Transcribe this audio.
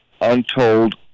untold